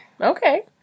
Okay